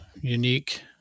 unique